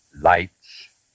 lights